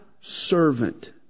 servant